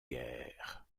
guerre